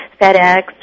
FedEx